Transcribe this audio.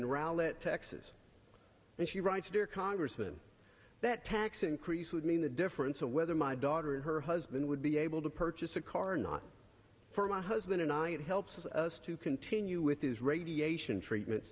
it texas and she writes dear congressman that tax increase would mean the difference of whether my daughter and her husband would be able to purchase a car not for my husband and i it helps us to continue with his radiation treatment